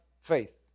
faith